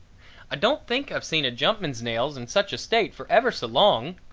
i don't think i've seen a jumpman's nails in such a state for ever so long.